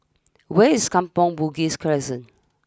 where is Kampong Bugis Crescent